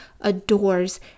adores